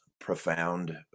profound